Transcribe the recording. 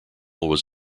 was